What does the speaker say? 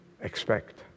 expect